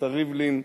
סבתא ריבלין,